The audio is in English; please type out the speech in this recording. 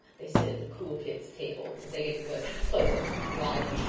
they sit at the cool kids table because they get to go to playlist live and